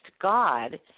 God